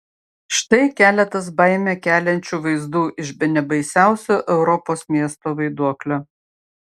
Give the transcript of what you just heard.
štai keletas baimę keliančių vaizdų iš bene baisiausio europos miesto vaiduoklio